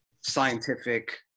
scientific